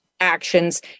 actions